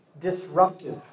disruptive